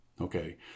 okay